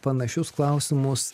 panašius klausimus